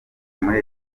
muri